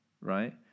right